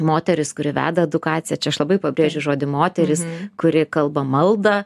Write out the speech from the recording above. moteris kuri veda edukaciją čia aš labai pabrėžiu žodį moteris kuri kalba maldą